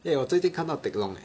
eh 我最近看到 Teck Loong leh